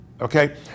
okay